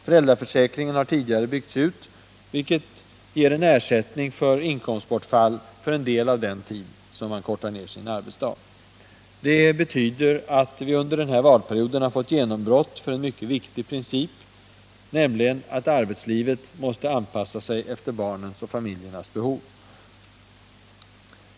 Föräldraförsäkringen har tidigare byggts ut, vilket ger ersättning för inkomstbortfall en del av den tid man kortar ned sin arbetsdag. Det betyder ett genombrott under den här valperioden för en mycket viktig princip, nämligen att arbetslivet måste anpassa sig efter barnens och familjernas behov.